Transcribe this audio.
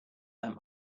that